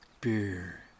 beer